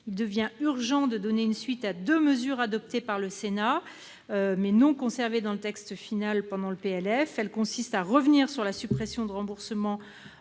il devient urgent de donner une suite à deux mesures adoptées par le Sénat mais non conservées dans le texte final de la loi de finances initiale. Il s'agit de revenir sur la suppression de remboursement